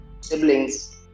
siblings